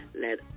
Let